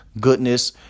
goodness